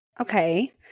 Okay